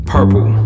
Purple